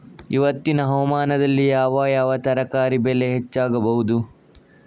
ಇವತ್ತಿನ ಹವಾಮಾನದಲ್ಲಿ ಯಾವ ಯಾವ ತರಕಾರಿ ಬೆಳೆ ಹೆಚ್ಚಾಗಬಹುದು?